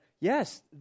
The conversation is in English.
yes